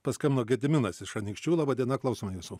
paskambino gediminas iš anykščių laba diena klausome jūsų